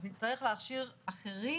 אז נצטרך להכשיר אחרים,